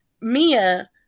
mia